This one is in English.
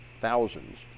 thousands